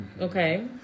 Okay